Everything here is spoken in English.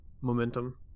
momentum